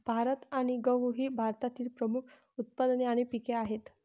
भात आणि गहू ही भारतातील प्रमुख उत्पादने आणि पिके आहेत